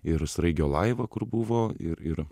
ir sraigė laiva kur buvo ir ir